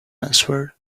answered